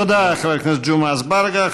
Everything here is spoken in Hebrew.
תודה לחבר הכנסת ג'מעה אזברגה.